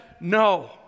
no